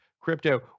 crypto